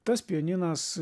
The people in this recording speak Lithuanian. tas pianinas